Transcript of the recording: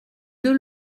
deux